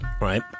Right